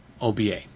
OBA